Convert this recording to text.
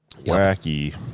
Wacky